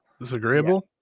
Disagreeable